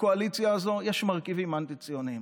בקואליציה הזו יש מרכיבים אנטי-ציוניים,